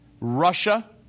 Russia